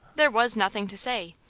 there was nothing to say.